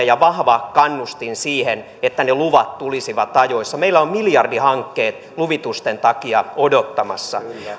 ja vahva kannustin sille että ne luvat tulisivat ajoissa meillä on miljardihankkeet luvitusten takia odottamassa